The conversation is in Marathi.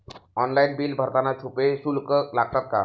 ऑनलाइन बिल भरताना छुपे शुल्क लागतात का?